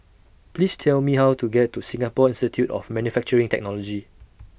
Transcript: Please Tell Me How to get to Singapore Institute of Manufacturing Technology